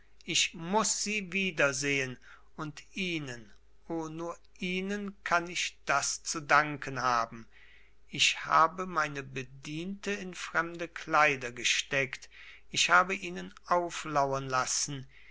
ich muß sie wieder sehen und ihnen o nur ihnen kann ich das zu danken haben ich habe meine bediente in fremde kleider gesteckt ich habe ihnen auflauren lassen